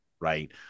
Right